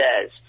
says